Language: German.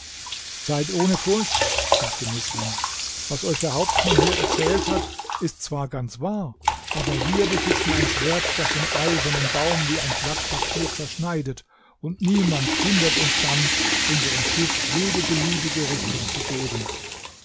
seid ohne furcht sagte misram was euch der hauptmann hier erzählt hat ist zwar ganz wahr aber wir besitzen ein schwert das den eisernen baum wie ein blatt papier zerschneidet und niemand hindert uns dann unserem schiff jede beliebige richtung zu geben